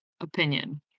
opinion